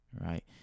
Right